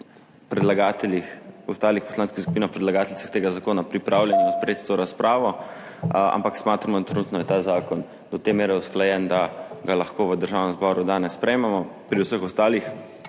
predlagateljih, ostalih poslanskih skupinah predlagateljicah tega zakona pripravljeni odpreti to razpravo, ampak smatramo, trenutno je ta zakon do te mere usklajen, da ga lahko v Državnem zboru danes sprejmemo, pri vseh ostalih